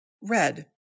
Red